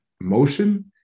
motion